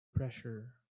pressure